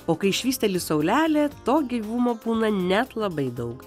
o kai švysteli saulelė to gyvumo būna net labai daug